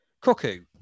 Cuckoo